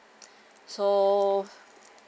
so